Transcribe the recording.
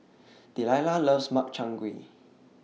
Delila loves Makchang Gui